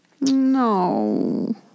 No